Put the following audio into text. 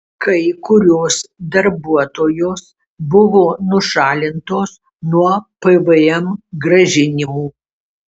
kai kurios darbuotojos buvo nušalintos nuo pvm grąžinimų